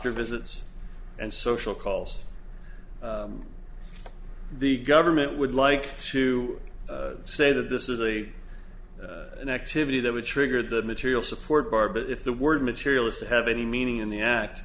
doctor visits and social calls the government would like to say that this is really an activity that would trigger the material support bar but if the word material is to have any meaning in the act